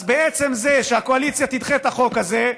אז בעצם זה שהקואליציה תדחה את החוק הזה,